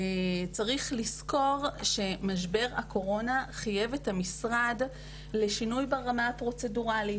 צריך לזכור שמשבר הקורונה חייב את משרד הכלכלה לשינוי ברמה הפרוצדורלית.